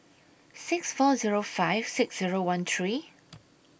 six four Zero five six Zero one three